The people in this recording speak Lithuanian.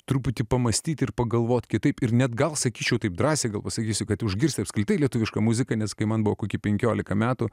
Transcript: truputį pamąstyti ir pagalvoti kitaip ir net gal sakyčiau taip drąsiai gal pasakysiu kad užgirsi apskritai lietuviška muzika nes kai man buvo kokie penkiolika metų